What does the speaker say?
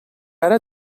ara